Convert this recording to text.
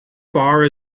far